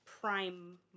prime